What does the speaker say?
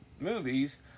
movies